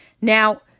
Now